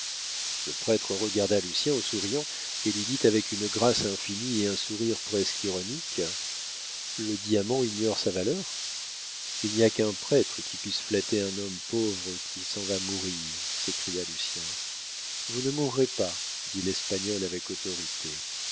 le prêtre regarda lucien en souriant et lui dit avec une grâce infinie et un sourire presque ironique le diamant ignore sa valeur il n'y a qu'un prêtre qui puisse flatter un homme pauvre qui s'en va mourir s'écria lucien vous ne mourrez pas dit l'espagnol avec autorité